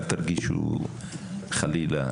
אל תרגישו חלילה,